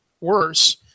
worse